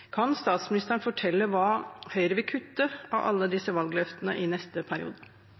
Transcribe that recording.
Kan statsministeren fortelle hva Høyre vil kutte av alle disse valgløftene i neste periode?